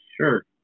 Sure